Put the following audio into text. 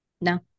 No